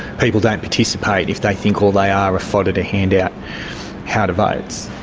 people don't participate if they think all they are are fodder to hand out how-to-votes.